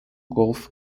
golf